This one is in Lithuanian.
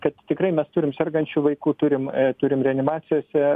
kad tikrai mes turim sergančių vaikų turim turim reanimacijose